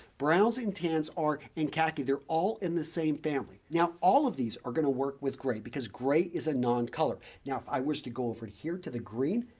browns and tans are and khaki, they're all in the same family. now, all of these are going to work with gray because gray is a non-color. now, if i wish to go over here to the green.